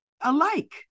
alike